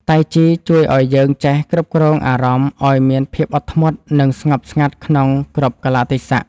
តៃជីជួយឱ្យយើងចេះគ្រប់គ្រងអារម្មណ៍ឱ្យមានភាពអត់ធ្មត់ និងស្ងប់ស្ងាត់ក្នុងគ្រប់កាលៈទេសៈ។